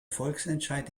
volksentscheid